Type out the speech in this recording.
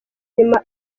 nyuma